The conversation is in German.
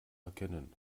erkennen